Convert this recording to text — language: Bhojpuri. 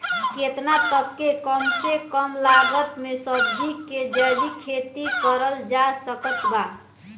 केतना तक के कम से कम लागत मे सब्जी के जैविक खेती करल जा सकत बा?